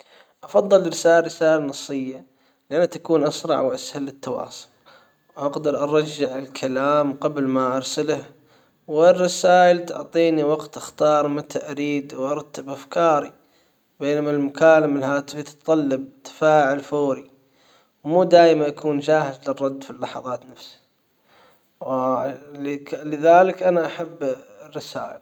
افضل ارسال رسالة نصية. يا ريت يكون اسرع واسهل للتواصل أقدر اراجع الكلام قبل ما ارسله. والرسايل تعطيني وقت اختار متى أريد وارتب افكاري. بينما المكالمة الهاتفية تتطلب تفاعل فوري ومو دايم أكون جاهز للرد في اللحظات نفسها لذلك انا احب الرسائل